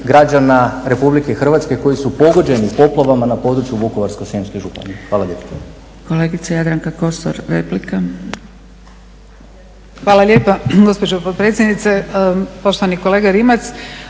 građana Republike Hrvatske koji su pogođeni poplavama na području Vukovarsko-srijemske županije. Hvala lijepo.